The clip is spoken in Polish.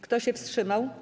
Kto się wstrzymał?